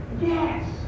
Yes